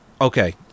Okay